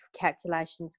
calculations